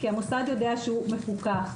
כי המוסד יודע שהוא מפוקח.